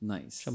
Nice